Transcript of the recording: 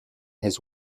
his